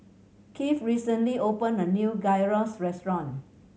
Keith recently opened a new Gyros Restaurant